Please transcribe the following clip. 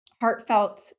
heartfelt